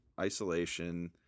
isolation